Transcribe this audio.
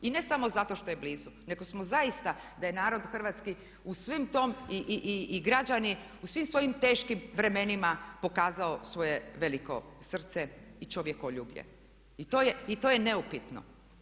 I ne samo zato što je blizu nego smo zaista, da je narod hrvatski u svim tom i građani u svim svojim teškim vremenima pokazao svoje veliko srce i čovjekoljublje i to je neupitno.